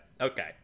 okay